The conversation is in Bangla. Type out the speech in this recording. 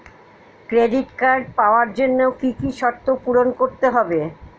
ক্রেডিট কার্ড পাওয়ার জন্য কি কি শর্ত পূরণ করতে হবে?